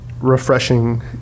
refreshing